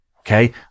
Okay